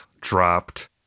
dropped